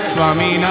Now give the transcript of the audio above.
Swami